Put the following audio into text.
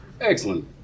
Excellent